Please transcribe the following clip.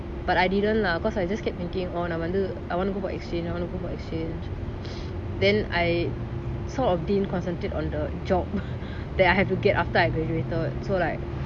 but I didn't lah cause I just kept thinking நம்ம வந்து:namma vanthu I wanna go for exchange I want to go for exchange then I sort of didn't concentrate on the job that I have to get after I graduated so like